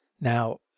Now